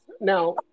Now